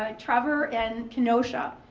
ah trevor, and kenosha.